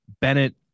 Bennett